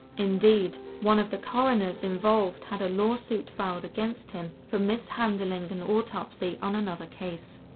indeed, one of the coroners involved had a lawsuit filed against him for mishandling an autopsy on another case.